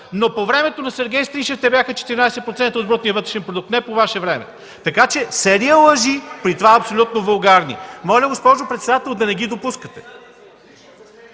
но по времето на Сергей Станишев те бяха 14% от БВП, не по Ваше време, така че серия лъжи, при това абсолютно вулгарни. Моля, госпожо председател, да не ги допускате.